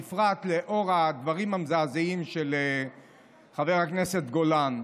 בפרט לאור הדברים המזעזעים של חבר הכנסת גולן.